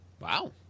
Wow